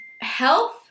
health